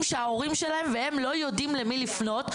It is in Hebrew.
שההורים שלהם לא יודעים למי לפנות.